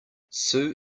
sue